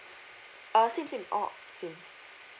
ah same same all same